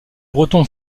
breton